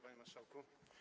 Panie Marszałku!